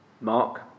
Mark